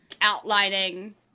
outlining